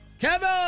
Kevin